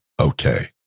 Okay